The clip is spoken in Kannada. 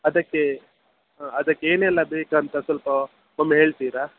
ಅದಕ್ಕೆ ಅದಕ್ಕೆ ಏನೆಲ್ಲ ಬೇಕಂತ ಸ್ವಲ್ಪ ಒಮ್ಮೆ ಹೇಳ್ತೀರಾ